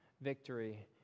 victory